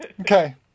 Okay